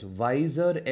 wiser